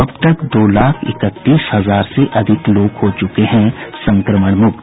अब तक दो लाख इकतीस हजार से अधिक लोग हो चुके हैं संक्रमण मुक्त